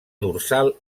dorsal